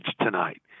tonight